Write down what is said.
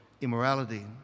immorality